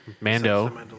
Mando